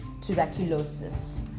Tuberculosis